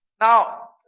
Now